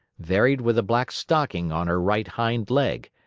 varied with a black stocking on her right hind leg,